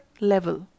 level